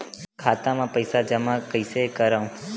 खाता म पईसा जमा कइसे करव?